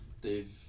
Dave